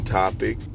topic